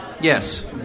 Yes